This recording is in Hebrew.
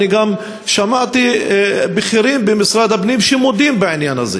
שמעתי גם בכירים במשרד הפנים שמודים בעניין הזה.